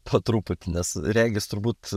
po truputį nes regis turbūt